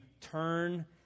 turn